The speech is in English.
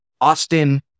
Austin